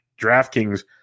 DraftKings